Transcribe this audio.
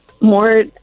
more